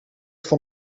van